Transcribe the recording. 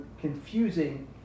confusing